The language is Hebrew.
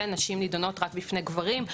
נשים נידונות רק בפני גברים,